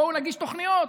בואו נגיש תוכניות.